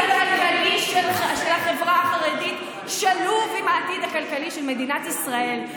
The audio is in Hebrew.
והעתיד הכלכלי של החברה החרדית שלוב בעתיד הכלכלי של מדינת ישראל,